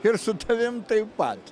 ir su tavim taip pat